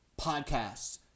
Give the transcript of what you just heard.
podcasts